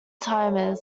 timers